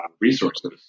resources